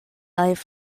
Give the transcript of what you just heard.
live